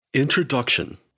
Introduction